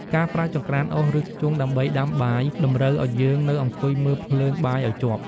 ការប្រើចង្រ្កានអុស ឬ ធ្យូងដើម្បីដាំបាយ តម្រូវឱ្យយើងនៅអង្គុយមើលភ្លើងបាយឱ្យជាប់។